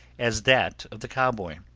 as that of the cowboy.